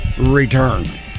return